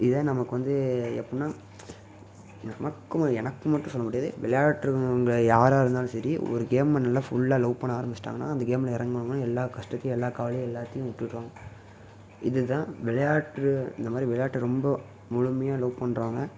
இதே நமக்கு வந்து எப்பின்னா நமக்கும் எனக்கு மட்டும்னு சொல்ல முடியாது விளையாடுறவங்க யாராக இருந்தாலும் சரி ஒரு கேமை நல்லா ஃபுல்லாக லவ் பண்ண ஆரமிச்சுவிட்டாங்கன்னா அந்த கேம்ல இறங்குனோம்னா எல்லா கஷ்டத்தையும் எல்லா கவலையையும் எல்லாத்தையும் விட்டுருவாங்க இது தான் விளையாட்டு இந்த மாதிரி விளையாட்டு ரொம்ப முழுமையாக லவ் பண்ணுறவங்க